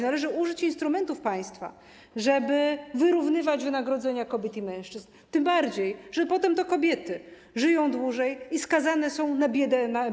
Należy użyć instrumentów państwa, żeby wyrównywać wynagrodzenia kobiet i mężczyzn, tym bardziej że potem to kobiety żyją dłużej i skazane są na emeryturze na biedę.